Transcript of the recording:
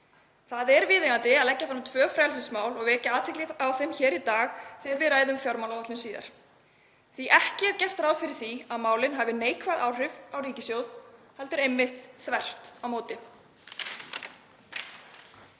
Það er viðeigandi að leggja fram tvö frelsismál og vekja athygli á þeim hér í dag þegar við ræðum fjármálaáætlun síðar því að ekki er gert ráð fyrir því að málin hafi neikvæð áhrif á ríkissjóð heldur einmitt þvert á móti.